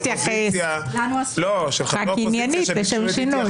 בטח תתייחס, רק עניינית לשם שינוי.